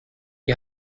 die